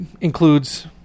includes